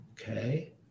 Okay